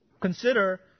consider